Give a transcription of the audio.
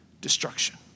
destruction